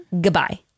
Goodbye